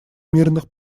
мирных